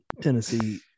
Tennessee